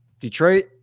Detroit